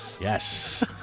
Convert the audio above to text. yes